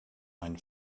mein